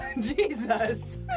Jesus